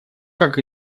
как